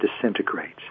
disintegrates